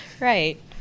right